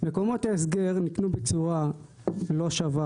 מקומות ההסגר נתנו בצורה לא שווה,